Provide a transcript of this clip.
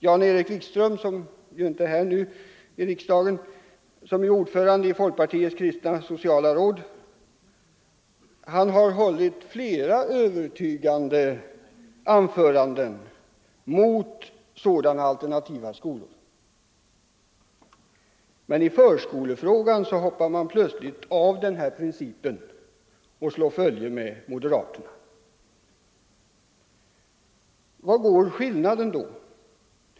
Jan-Erik Wikström, som ju inte är här i riksdagen nu men som är ordförande i folkpartiets kristna sociala råd, har hållit flera övertygande anföranden mot alternativa skolor. Men i förskolefrågan hoppar man plötsligt av från den här principen och slår följe med moderaterna. Var ligger då skillnaden?